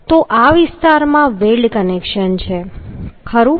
તો આ વિસ્તારમાં વેલ્ડ કનેક્શન છે ખરું